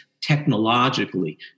technologically